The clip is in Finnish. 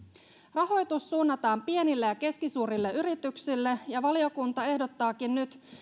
rahoitus suunnataan pienille ja ja keskisuurille yrityksille ja valiokunta ehdottaakin nyt